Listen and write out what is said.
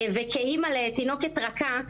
וכאימא לתינוקת רכה,